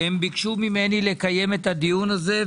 שביקשו ממני לקיים את הדיון הזה,